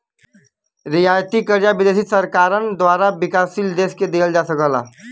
रियायती कर्जा विदेशी सरकारन द्वारा विकासशील देश के दिहल जा सकला